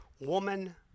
Woman